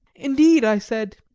indeed, i said,